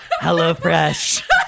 HelloFresh